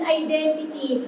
identity